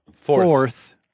fourth